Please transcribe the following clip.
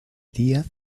díaz